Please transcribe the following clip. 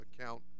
account